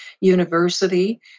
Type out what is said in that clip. university